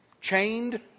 chained